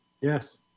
Yes